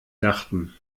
dachten